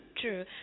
True